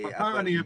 מחר אני אהיה,